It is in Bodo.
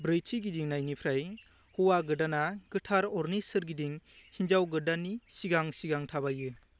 ब्रैथि गिदिंनायनिफ्राय हौवा गोदाना गोथार अरनि सोरगिदिं हिनजाव गोदाननि सिगां सिगां थाबायो